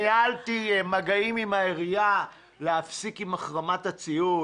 אף ניהלתי מגעים עם העירייה להפסיק עם החרמת הציוד,